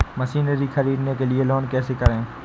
Machinery ख़रीदने के लिए लोन कैसे करें?